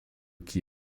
que